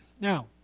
Now